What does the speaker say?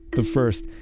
the first,